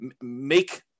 make